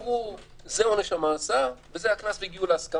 ואמרו: זה עונש המאסר, וזה הקנס, והגיעו להסכמה.